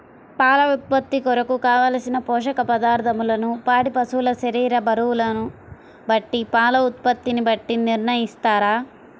పాల ఉత్పత్తి కొరకు, కావలసిన పోషక పదార్ధములను పాడి పశువు శరీర బరువును బట్టి పాల ఉత్పత్తిని బట్టి నిర్ణయిస్తారా?